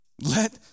Let